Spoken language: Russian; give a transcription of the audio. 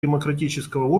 демократического